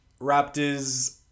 Raptors